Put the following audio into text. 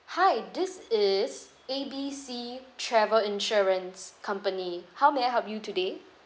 hi this is A B C travel insurance company how may I help you today